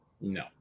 No